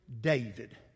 David